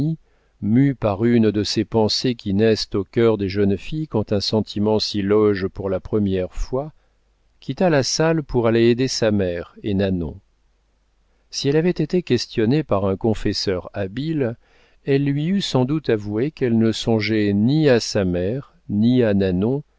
mue par une de ces pensées qui naissent au cœur des jeunes filles quand un sentiment s'y loge pour la première fois quitta la salle pour aller aider sa mère et nanon si elle avait été questionnée par un confesseur habile elle lui eût sans doute avoué qu'elle ne songeait ni à sa mère ni à nanon